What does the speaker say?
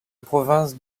province